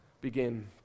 begin